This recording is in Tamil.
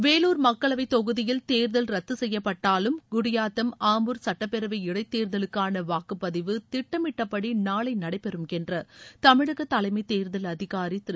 வேலூர் மக்களவைத் தொகுதியில் தேர்தல் ரத்து செய்யப்பட்டாலும் குடியாத்தம் ஆம்பூர் சுட்டப்பேரவை இடைத் தேர்தலுக்கான வாக்குப்பதிவு திட்டமிட்டபடி நாளை நடைபெறும் என்று தமிழக தலைமை தேர்தல் அதிகாரி திரு